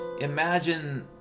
Imagine